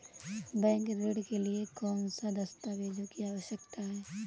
Bank ऋण के लिए कौन से दस्तावेजों की आवश्यकता है?